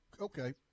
Okay